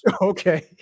Okay